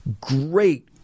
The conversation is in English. great